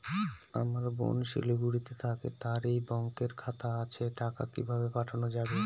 আমার বোন শিলিগুড়িতে থাকে তার এই ব্যঙকের খাতা আছে টাকা কি ভাবে পাঠানো যাবে?